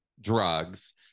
drugs